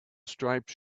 striped